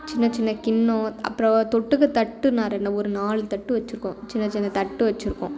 சின்ன சின்ன கிண்ணம் அப்புறம் தொட்டுக்க தட்டு நான் ரெண்டு ஒரு நாலு தட்டு வச்சிருக்கோம் சின்ன சின்ன தட்டு வச்சிருக்கோம்